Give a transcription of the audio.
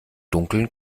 dunkeln